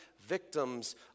victims